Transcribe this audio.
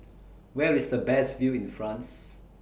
Where IS The Best View in France